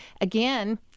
again